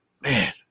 man